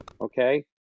Okay